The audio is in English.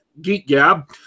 geekgab